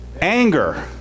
Anger